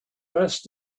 best